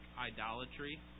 idolatry